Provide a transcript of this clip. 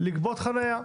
לגבות חניה.